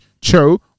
Cho